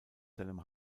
seinem